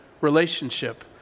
relationship